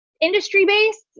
industry-based